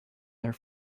their